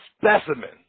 specimen